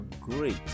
great